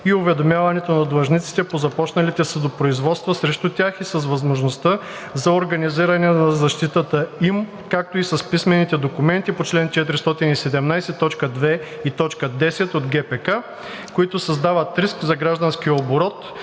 и уведомяването на длъжниците по започналите съдопроизводства срещу тях и с възможността за организиране на защитата им, както и с писмените документи по чл. 417, т. 2 и т. 10 от ГПК, които създават риск за гражданския оборот,